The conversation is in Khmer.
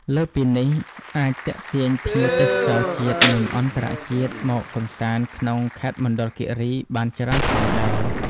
លើសពីនេះអាចទាក់ទាញភ្ញៀវទេសចរណ៍ជាតិនិងអន្ថរជាតិមកកម្សាន្តក្នុងខេត្តមណ្ឌលគិរីបានច្រើនផងដែរ។